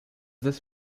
this